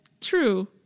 true